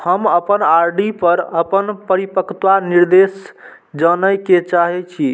हम अपन आर.डी पर अपन परिपक्वता निर्देश जाने के चाहि छी